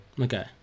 Okay